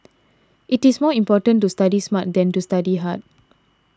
it is more important to study smart than to study hard